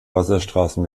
wasserstraßen